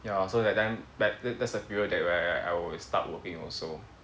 ya so that time like th~ that's the period that right I would start working also